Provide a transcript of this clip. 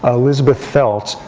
ah elizabeth phelps,